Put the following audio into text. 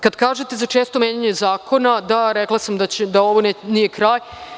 Kada kažete za često menjanje zakona, da, rekla sam da ovo nije kraj.